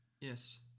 Yes